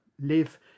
Live